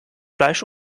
fleisch